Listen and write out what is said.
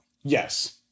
Yes